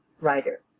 writer